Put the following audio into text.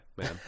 man